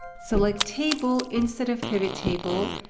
select table instead of pivottable.